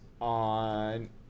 on